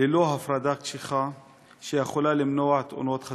ללא הפרדה קשיחה שיכולה למנוע תאונות חזיתיות,